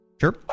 Sure